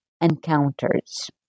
encounters